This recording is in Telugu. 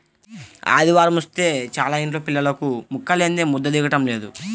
ఆదివారమొస్తే చాలు యింట్లో పిల్లలకు ముక్కలేందే ముద్ద దిగటం లేదు